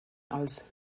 als